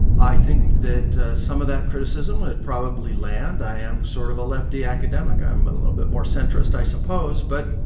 i think that some of that criticism would probably land. i am sort of a lefty academic. i'm a little bit more centrist, i suppose. but